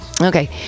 Okay